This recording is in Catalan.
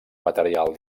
material